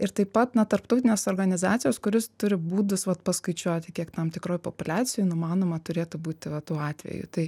ir taip pat na tarptautinės organizacijos kurios turi būdus vat paskaičiuoti kiek tam tikroj populiacijoj numanoma turėtų būti va tų atveju tai